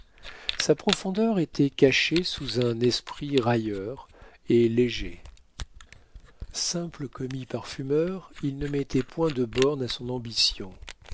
sa profondeur était cachée sous un esprit railleur et léger simple commis parfumeur il ne mettait point de bornes à son ambition